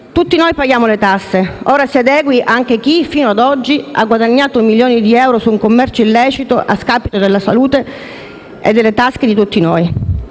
Tutti noi paghiamo le tasse: ora si adegui anche chi, fino ad oggi, ha guadagnato milioni di euro su un commercio illecito a scapito della salute (e delle tasche) di tutti noi.